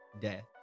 death